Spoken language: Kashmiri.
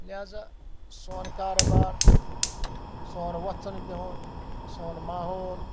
لِہٰذا سون کارٕبار سون وۄتھُن بِہُن سون ماحول